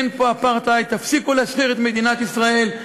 אין פה אפרטהייד, תפסיקו להשחיר את מדינת ישראל.